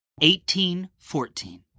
1814